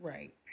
Right